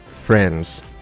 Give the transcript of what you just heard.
Friends